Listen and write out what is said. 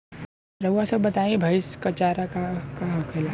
रउआ सभ बताई भईस क चारा का का होखेला?